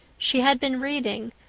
she had been reading,